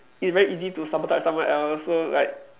it's very easy to sabotage someone else so like